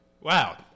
Wow